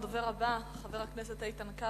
הדובר הבא, חבר